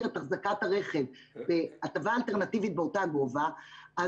את אחזקת הרכב בהטבה אלטרנטיבית באותו גובה,